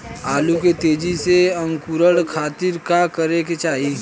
आलू के तेजी से अंकूरण खातीर का करे के चाही?